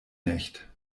nicht